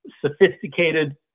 sophisticated